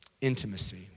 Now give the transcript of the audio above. Intimacy